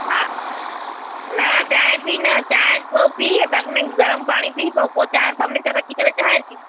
हा न चांहि पी न चांहि पोइ पी अॻि में गरम पाणी पी पोइ चांहि ॿ मिंट रखी करे पोइ चांहि पी